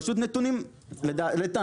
לטעמי פשוט נתונים שגויים.